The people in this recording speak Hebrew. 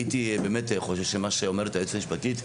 הייתי באמת חושב שמה שאומרת היועצת המשפטית,